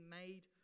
made